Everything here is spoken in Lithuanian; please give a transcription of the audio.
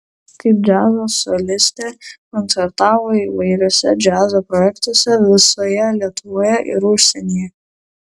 kaip džiazo solistė koncertavo įvairiuose džiazo projektuose visoje lietuvoje ir užsienyje